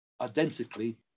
identically